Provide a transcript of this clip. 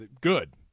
good